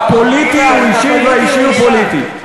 הפוליטי אישי והאישי הוא פוליטי.